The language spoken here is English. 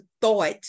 thought